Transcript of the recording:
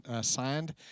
signed